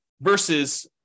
versus